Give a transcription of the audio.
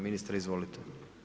Ministre, izvolite.